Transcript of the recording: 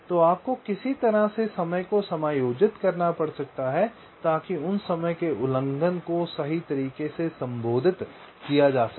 तो आपको किसी तरह से समय को समायोजित करना पड़ सकता है ताकि उन समय के उल्लंघन को सही तरीके से संबोधित किया जा सके